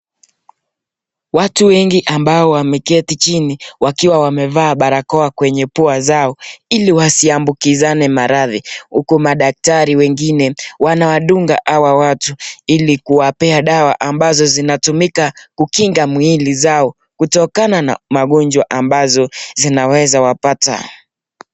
Watu wengi ambao wameketi chini wakiwa wamevaa barakoa kwenye pua zao ili wasiambukizane maradhi huku madaktari wengine wanawadunga hawa watu ili kuwapea dawa ambazo zinatumika kukinga mwili zao kutokana na mgonjwa ambazo zinaweza wapata.